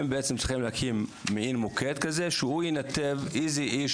הם צריכים להקים מעין מוקד שינתב איזה מטופל